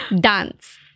Dance